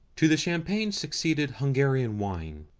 to the champagne succeeded hungarian wine,